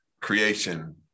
Creation